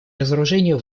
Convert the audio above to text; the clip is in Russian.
разоружению